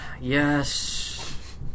Yes